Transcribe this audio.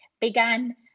began